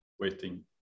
waiting